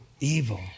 evil